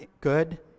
good